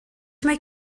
mae